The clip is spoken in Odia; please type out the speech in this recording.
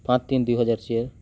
ପାଞ୍ଚ ତିନି ଦୁଇହଜାର ଚାରି